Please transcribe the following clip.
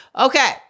Okay